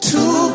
Two